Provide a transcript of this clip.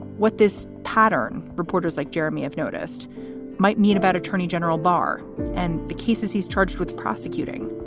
what this pattern reporters like jeremy have noticed might mean about attorney general bar and the cases he's charged with prosecuting,